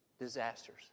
disasters